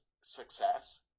success